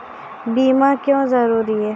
बीमा क्यों जरूरी हैं?